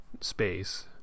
space